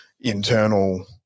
internal